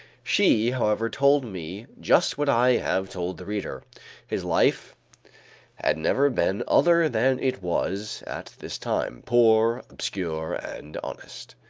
she, however, told me just what i have told the reader his life had never been other than it was at this time, poor obscure and honest.